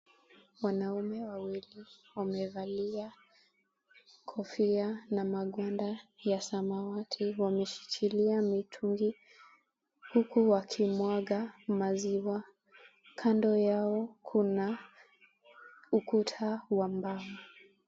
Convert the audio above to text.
Wanaume wawili wamevalia kofia na magwanda ya samawati, wameshikilia mitungi huku wakimwaga maziwa. Kando yao kuna ukuta wa mbao.